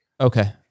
Okay